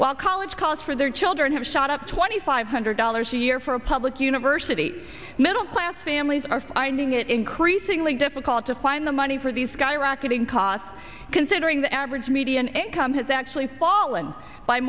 while college costs for their children have shot up twenty five hundred dollars a year for a public university middle class families are finding it increasingly difficult to find the money for these skyrocketing costs considering the average median income has actually fall